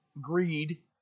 greed